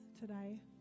today